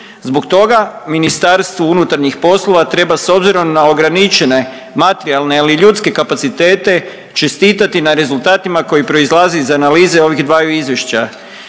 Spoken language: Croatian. Zbog toga MUP treba s obzirom na ograničene materijalne ili ljudske kapacitete čestitati na rezultatima koji proizlaze iz analize ovih dvaju izvješća.